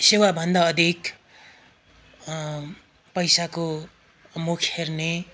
सेवाभन्दा अधिक पैसाको मुख हेर्ने